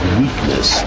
weakness